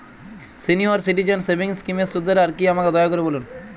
senior citizen savings স্কিমের সুদের হার কী আমাকে দয়া করে বলুন